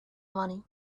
money